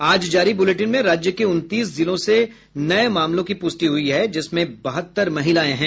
आज जारी बुलेटिन में राज्य के उनतीस जिलों से नये मामलों की पुष्टि हुई है जिसमें बहत्तर महिलाएं हैं